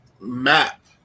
map